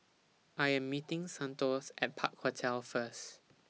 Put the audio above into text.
I Am meeting Santos At Park Hotel First